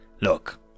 Look